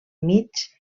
mig